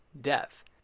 death